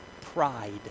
pride